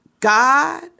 God